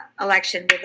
election